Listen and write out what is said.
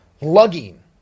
lugging